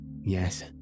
Yes